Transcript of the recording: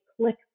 click